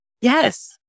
Yes